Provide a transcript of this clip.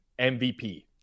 MVP